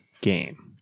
game